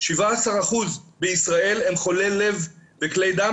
17% בישראל הם חולי לב וכלי דם,